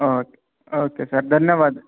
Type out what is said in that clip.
okay okay sir ಧನ್ಯವಾದ